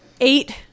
Eight